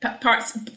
parts